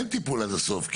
אין טיפול עד הסוף,